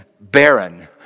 barren